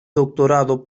doctorado